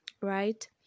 right